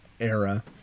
era